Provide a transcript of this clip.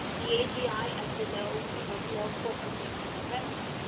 the agi, as you know, it was more focused on the retina.